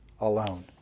alone